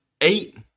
eight